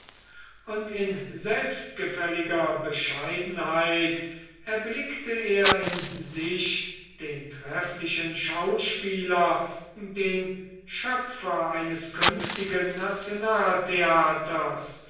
und in selbstgefälliger bescheidenheit erblickte er in sich den trefflichen schauspieler den schöpfer eines künftigen nationaltheaters